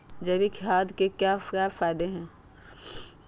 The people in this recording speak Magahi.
जैविक खाद के क्या क्या फायदे हैं?